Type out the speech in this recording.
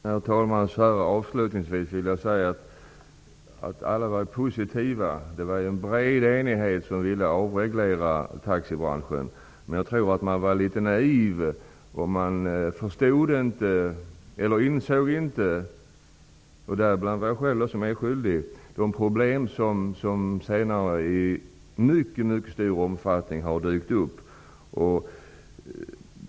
Herr talman! Jag vill avslutningsvis säga att det rådde en bred enighet om att avreglera taxibranschen, men att man var litet naiv och inte insåg vilka problem som i mycket stor utsträckning skulle komma att dyka upp. Inte heller jag insåg detta.